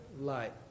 light